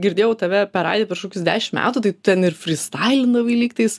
girdėjau tave per radiją prieš kokius dešim metų tai tu ten ir frystailindavai lygtais